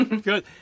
Good